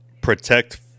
protect